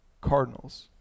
Cardinals